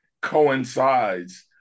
coincides